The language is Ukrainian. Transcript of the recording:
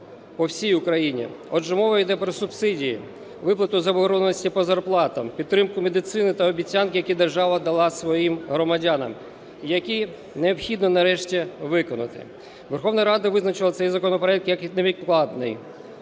Верховна Рада визначила цей законопроект як невідкладний.